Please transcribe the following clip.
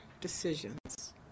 decisions